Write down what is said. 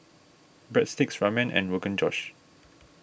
Breadsticks Ramen and Rogan Josh